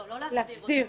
לא להחזיר אותו.